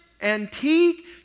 antique